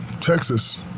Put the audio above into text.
Texas